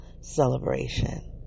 celebration